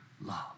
love